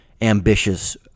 ambitious